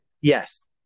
Yes